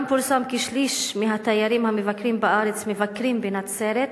פורסם גם כי שליש מהתיירים המבקרים בארץ מבקרים בנצרת,